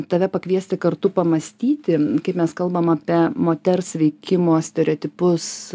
tave pakviesti kartu pamąstyti kaip mes kalbam apie moters veikimo stereotipus